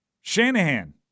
Shanahan